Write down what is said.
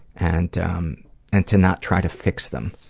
and to um and to not try to fix them.